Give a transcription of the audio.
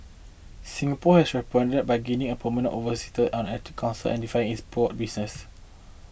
Singapore has responded by gaining a permanent observer on Arctic Council and diversifying its port business